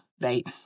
right